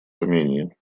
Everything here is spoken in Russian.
армении